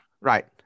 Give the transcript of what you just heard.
right